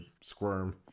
squirm